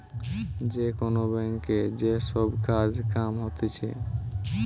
যে কোন ব্যাংকে যে সব কাজ কাম হতিছে